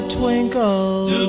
twinkle